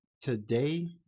today